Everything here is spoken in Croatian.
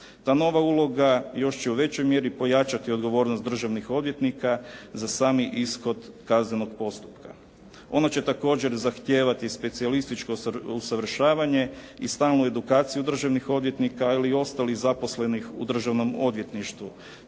Ta nova uloga još će u većoj mjeri pojačati odgovornost državnih odvjetnika za sami ishod kaznenog postupka. Ono će također zahtijeva specijalističko usavršavanje i stalnu edukaciju državnih odvjetnika ali i ostalih zaposlenih u državnom odvjetništvu.